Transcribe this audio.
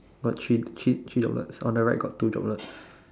got three three three droplets on the right there's two droplets